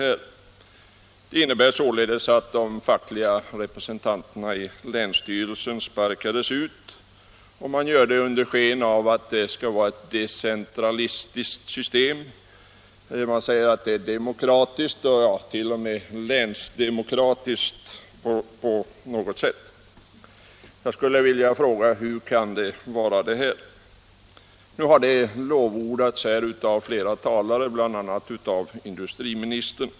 Den nya ordningen innebär således att de fackliga representanterna i länsstyrelserna sparkas ut — och detta görs under sken av att det skall vara ett decentralistiskt system. Man säger att det är demokratiskt, t.o.m. länsdemokratiskt på något sätt. Jag skulle vilja fråga: Hur kan det vara det? Det nya systemet har lovordats här av flera talare, bl.a. av industriministern.